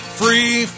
free